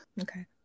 okay